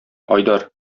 айдар